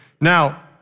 Now